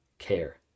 care